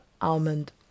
almond